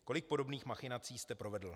Kolik podobných machinací jste provedl?